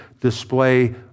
display